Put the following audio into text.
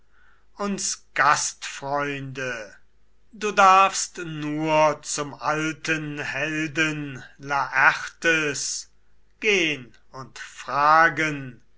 uns gastfreunde du darfst nur zum alten helden laertes gehn und fragen